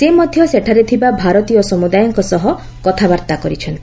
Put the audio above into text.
ସେ ମଧ୍ୟ ସେଠାରେ ଥିବା ଭାରତୀୟ ସମୁଦାୟଙ୍କ ସହ କଥାବାର୍ତ୍ତା କରିଛନ୍ତି